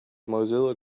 mozilla